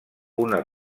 una